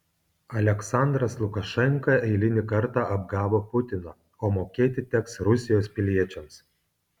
aliaksandras lukašenka eilinį kartą apgavo putiną o mokėti teks rusijos piliečiams